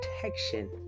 protection